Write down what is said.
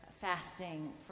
fasting